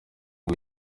ngo